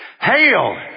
Hail